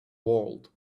world